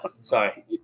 Sorry